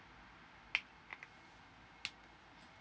okay